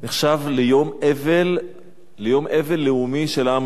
נחשב יום אבל לאומי של העם